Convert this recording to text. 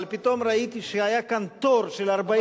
אבל פתאום ראיתי שהיה כאן תור של 42,